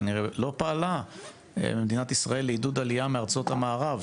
כנראה לא פעלה מדינת ישראל לעידוד עלייה מארצות המערב.